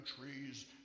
trees